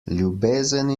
ljubezen